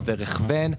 עובר הכוון,